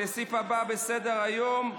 מה,